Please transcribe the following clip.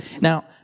Now